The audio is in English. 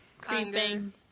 Creeping